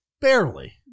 barely